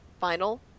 final